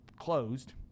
Closed